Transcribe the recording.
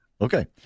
Okay